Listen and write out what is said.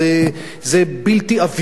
זה בלתי עביר.